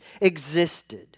existed